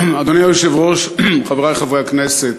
אדוני היושב-ראש, חברי חברי הכנסת,